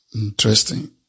Interesting